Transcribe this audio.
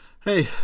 Hey